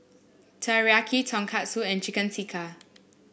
Teriyaki Tonkatsu and Chicken Tikka